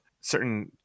certain